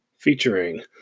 Featuring